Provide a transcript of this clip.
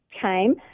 came